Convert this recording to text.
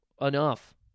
enough